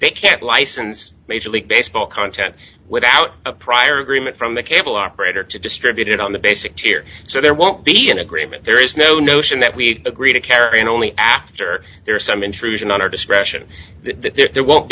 they can't license major league baseball content without a prior agreement from a cable operator to distribute it on the basics here so there won't be an agreement there is no notion that we agree to carry on only after there are some intrusion on our discretion that there won't